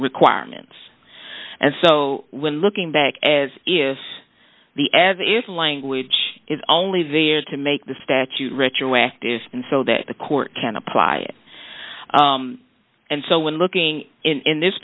requirements and so when looking back as if the average language is only there to make the statute retroactive and so that the court can apply it and so when looking in this